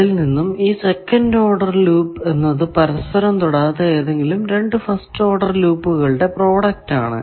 അതിൽ നിന്നും ഈ സെക്കന്റ് ഓർഡർ ലൂപ്പ് എന്നത് പരസ്പരം തൊടാത്ത ഏതെങ്കിലും രണ്ടു ഫസ്റ്റ് ഓഡർ ലൂപ്പുകളുടെ പ്രോഡക്റ്റ് ആണ്